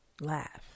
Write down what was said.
laugh